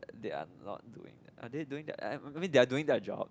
they are not doing are they doing thei~ I mean their doing their job